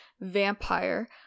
Vampire